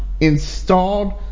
installed